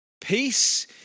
peace